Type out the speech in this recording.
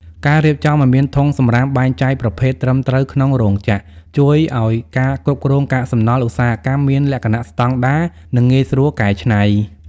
ការរៀបចំឱ្យមានធុងសម្រាមបែងចែកប្រភេទត្រឹមត្រូវក្នុងរោងចក្រ ជួយឱ្យការគ្រប់គ្រងកាកសំណល់ឧស្សាហកម្មមានលក្ខណៈស្ដង់ដារ និងងាយស្រួលកែច្នៃ។